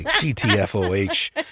G-T-F-O-H